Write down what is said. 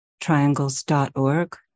triangles.org